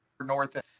north